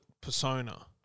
persona